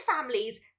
families